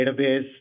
database